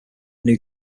new